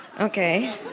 Okay